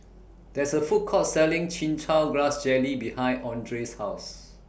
There IS A Food Court Selling Chin Chow Grass Jelly behind Andreas' House